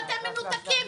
ואתם מנותקים.